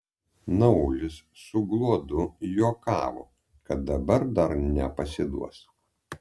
naulis su gluodu juokavo kad dabar dar nepasiduos